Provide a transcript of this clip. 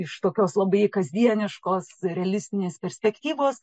iš tokios labai kasdieniškos realistinės perspektyvos